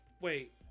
Wait